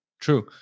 True